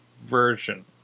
Version